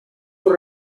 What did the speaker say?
sus